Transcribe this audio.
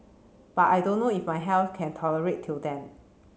but I don't know if my health can tolerate till then